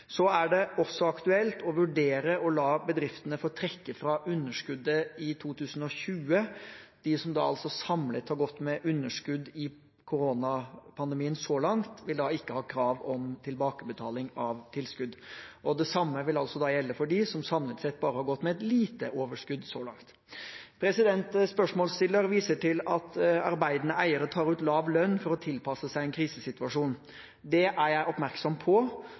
Så er det også aktuelt å vurdere å la bedriftene få trekke fra underskuddet i 2020. De som samlet har gått med underskudd i koronapandemien så langt, vil da ikke ha krav om tilbakebetaling av tilskudd. Det samme vil altså gjelde for dem som samlet sett bare har gått med et lite overskudd så langt. Spørsmålsstilleren viser til at arbeidende eiere tar ut lav lønn for å tilpasse seg en krisesituasjon. Det er jeg oppmerksom på.